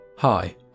Hi